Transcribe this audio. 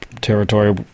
territory